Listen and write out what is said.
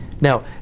Now